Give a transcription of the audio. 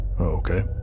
okay